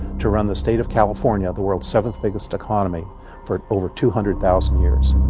to run the state of california, the world's seventh biggest economy for over two hundred thousand years.